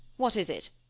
what is it?